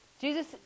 Jesus